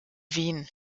wien